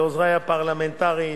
לעוזרי הפרלמנטריים,